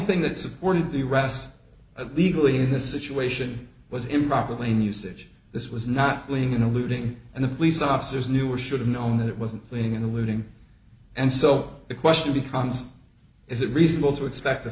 thing that supported the rest at legally in this situation was improper lane usage this was not playing in a looting and the police officers knew or should have known that it wasn't planning and looting and so the question becomes is it reasonable to expect to